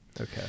okay